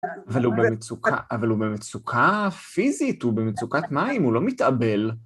אבל הוא במצוקה פיזית, הוא במצוקת מים, הוא לא מתאבל.